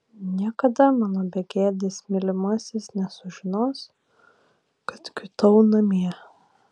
niekada mano begėdis mylimasis nesužinos kad kiūtau namie